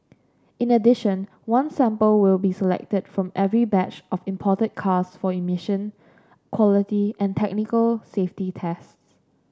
in addition one sample will be selected from every batch of imported cars for emission quality and technical safety tests